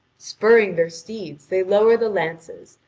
spurring their steeds, they lower the lances,